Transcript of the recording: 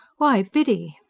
why, biddy.